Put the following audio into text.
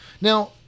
Now